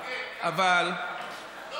אבל, אבל, אבל, לא,